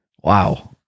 Wow